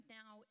now